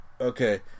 okay